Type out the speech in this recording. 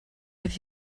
have